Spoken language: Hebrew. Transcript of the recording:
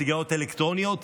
בסיגריות אלקטרוניות?